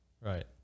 Right